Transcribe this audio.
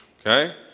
Okay